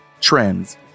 trends